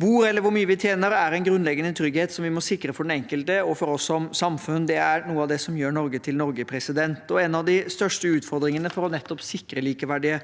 bor eller hvor mye vi tjener, er en grunnleggende trygghet som vi må sikre for den enkelte og for oss som samfunn. Det er noe av det som gjør Norge til Norge. En av de største utfordringene for å sikre likeverdige